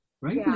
right